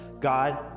God